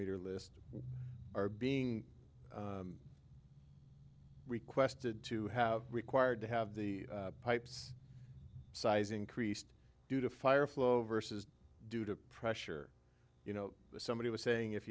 meter list are being requested to have required to have the pipes size increased due to fire flow versus due to pressure you know somebody was saying if